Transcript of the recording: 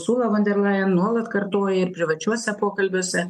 ursula von der leyen nuolat kartoja ir privačiuose pokalbiuose